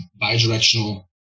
bi-directional